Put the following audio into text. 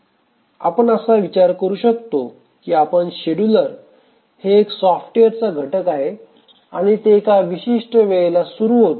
आपण असा विचार करू शकतो की आपण शेड्युलर हे एक सॉफ्टवेअरचा घटक आहे आणि ते एका विशिष्ट वेळेला सुरू होते